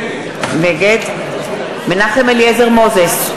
נגד מנחם אליעזר מוזס,